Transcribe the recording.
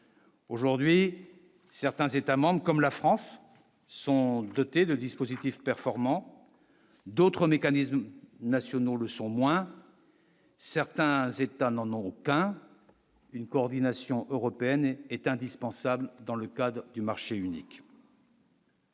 Aujourd'hui, certains États membres comme la France sont dotés de dispositifs performants, d'autres mécanismes nationaux le sont moins. Certains États n'en ont aucun une coordination européenne est indispensable dans le cadre du marché unique.